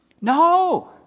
no